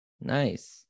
Nice